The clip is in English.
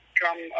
come